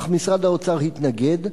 אך משרד האוצר התנגד,